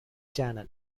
channel